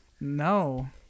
No